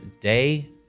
day